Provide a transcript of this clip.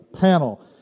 panel